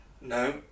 No